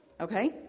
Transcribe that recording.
Okay